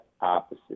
opposite